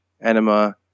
Enema